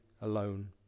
alone